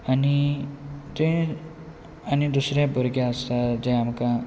आनी थंय दुसरे भुरगे आसता जे आमकां